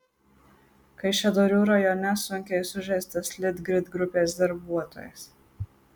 kaišiadorių rajone sunkiai sužeistas litgrid grupės darbuotojas